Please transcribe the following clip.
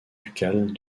ducale